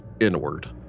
inward